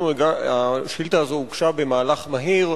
השאילתא הזו הוגשה במהלך מהיר,